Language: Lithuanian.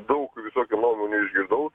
daug visokių nuomonių išgirdau